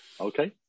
okay